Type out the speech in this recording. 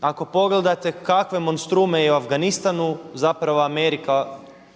ako pogledate kakve monstrume je u Afganistanu zapravo Amerika